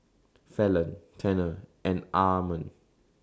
Falon Tanner and Armond